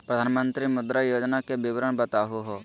प्रधानमंत्री मुद्रा योजना के विवरण बताहु हो?